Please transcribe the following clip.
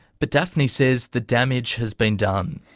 but daphne says the damage has been done.